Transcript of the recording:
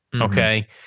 Okay